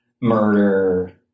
murder